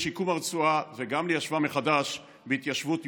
לשיקום הרצועה וגם ליישבה מחדש בהתיישבות יהודית,